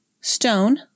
stone